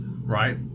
right